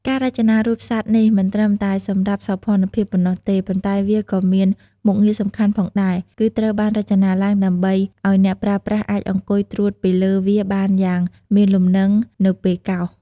ការរចនារូបសត្វនេះមិនត្រឹមតែសម្រាប់សោភ័ណភាពប៉ុណ្ណោះទេ ប៉ុន្តែវាក៏មានមុខងារសំខាន់ផងដែរ គឺត្រូវបានរចនាឡើងដើម្បីឲ្យអ្នកប្រើប្រាស់អាចអង្គុយត្រួតពីលើវាបានយ៉ាងមានលំនឹងនៅពេលកោស។